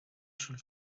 sul